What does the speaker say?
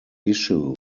issue